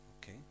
Okay